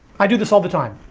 i do this all the time.